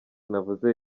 navuze